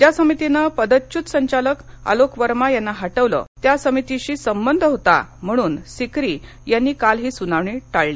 ज्या समितीनं पदच्युत संचालक आलोक वर्मा यांना हटवल त्या समितीशी संबंध होता म्हणून सिकरी यांनी काल ही सुनावणी टाळली